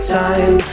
time